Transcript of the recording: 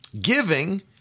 Giving